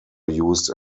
used